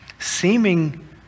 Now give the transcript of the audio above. seeming